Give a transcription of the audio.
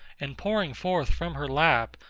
and pouring forth from her lap,